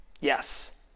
Yes